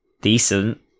decent